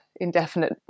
indefinite